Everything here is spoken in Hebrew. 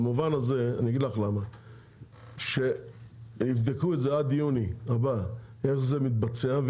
על מנת שיבדקו עד יוני הבא איך זה מתבצע,